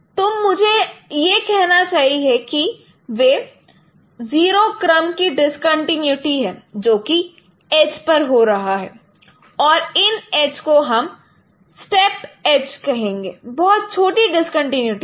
तुम मुझे यह कहना चाहिए है कि वह 0 क्रम की डिस्कंटीन्यूटी है जो कि एज पर हो रहा है और इन एज को हम स्थेप एज कहेंगे बहुत छोटी डिस्कंटीन्यूटी है